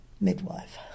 midwife